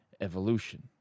evolution